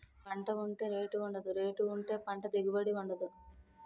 పంట ఉంటే రేటు ఉండదు, రేటు ఉంటే పంట దిగుబడి ఉండదు